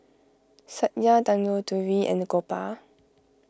Satya Tanguturi and Gopal